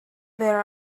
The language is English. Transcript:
there